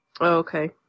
okay